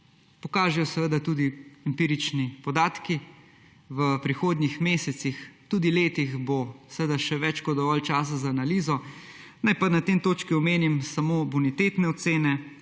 pokažejo seveda tudi empirični podatki. V prihodnjih mesecih, tudi letih bo še več kot dovolj časa za analizo, naj pa na tej točki omenim samo bonitetne ocene,